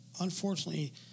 unfortunately